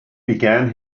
began